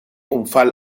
unfall